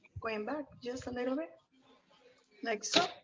going back just a little bit like so.